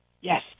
Yes